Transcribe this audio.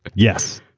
yes.